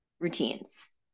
routines